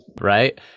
right